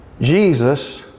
Jesus